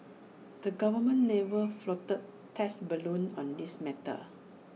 the government never floated test balloons on this matter